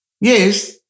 Yes